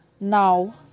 Now